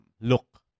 look